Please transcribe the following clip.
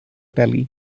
belly